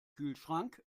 kühlschrank